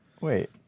Wait